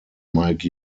mike